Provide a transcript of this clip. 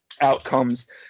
outcomes